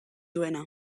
duena